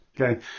Okay